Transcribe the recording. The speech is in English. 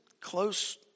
close